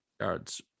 yards